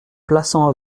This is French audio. plassans